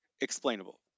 explainable